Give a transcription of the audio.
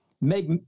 make